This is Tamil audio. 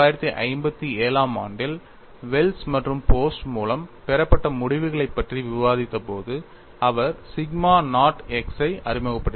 1957 ஆம் ஆண்டில் வெல்ஸ் மற்றும் போஸ்ட் மூலம் பெறப்பட்ட முடிவுகளைப் பற்றி விவாதித்தபோது அவர் சிக்மா நாட் x ஐ அறிமுகப்படுத்தினார்